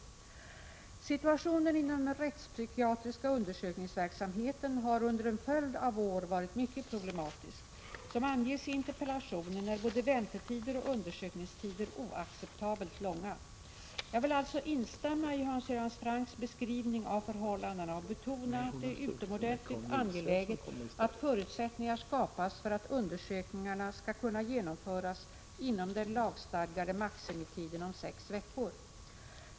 Situationen inom den rättspsykiatriska undersökningsverksamheten har under en följd av år varit mycket problematisk. Som anges i interpellationen är både väntetider och undersökningstider oacceptabelt långa. Jag vill alltså instämma i Hans Göran Francks beskrivning av förhållandena och betona att det är utomordentligt angeläget att förutsättningar skapas för att undersökningarna skall kunna genomföras inom den lagstadgade maximitiden om sex veckor.